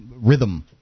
rhythm